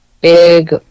big